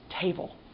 table